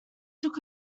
took